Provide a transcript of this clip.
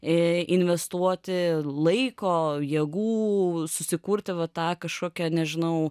investuoti laiko jėgų susikurti va tą kažkokią nežinau